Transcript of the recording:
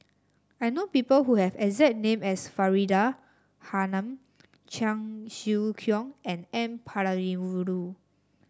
I know people who have the exact name as Faridah Hanum Cheong Siew Keong and N Palanivelu